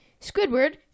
Squidward